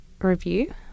review